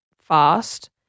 fast